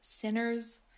Sinners